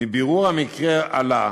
מבירור המקרה עלה